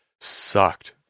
sucked